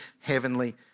heavenly